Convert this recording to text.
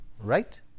Right